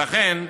לכן,